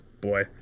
boy